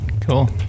Cool